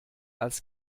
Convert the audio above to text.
als